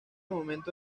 momento